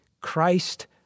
Christ